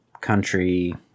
country